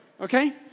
okay